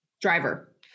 driver